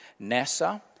NASA